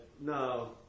no